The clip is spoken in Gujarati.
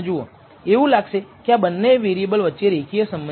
એવું લાગશે કે આ બંને વેરિએબલ વચ્ચે રેખીય સંબંધ છે